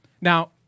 Now